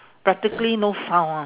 practically no sound [one]